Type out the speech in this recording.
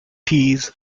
tees